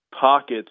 pockets